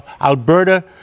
Alberta